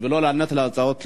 ולא לענות על הצעות לסדר-היום.